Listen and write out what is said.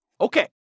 Okay